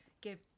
give